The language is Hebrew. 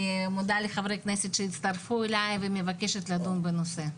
אני מודה לחברי הכנסת שהצטרפו אלי ומבקשת לדון בנושא.